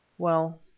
well,